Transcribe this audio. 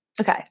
Okay